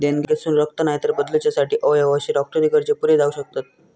देणगेतसून रक्त, नायतर बदलूच्यासाठी अवयव अशे डॉक्टरी गरजे पुरे जावक शकतत